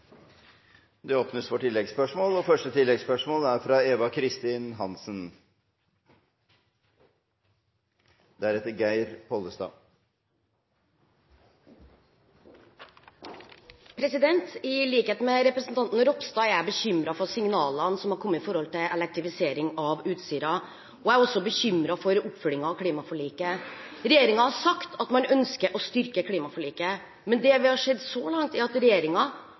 Eva Kristin Hansen – til oppfølgingsspørsmål. I likhet med representanten Ropstad er jeg bekymret for signalene som har kommet om elektrifisering av Utsirahøyden, og jeg er også bekymret for oppfølgingen av klimaforliket. Regjeringen har sagt at man ønsker å styrke klimaforliket, men det vi har sett så langt, er at